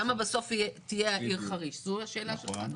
כמה בסופו של דבר תהיה העיר חריש, זאת השאלה שלך?